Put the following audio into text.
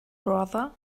brother